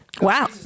Wow